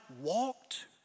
walked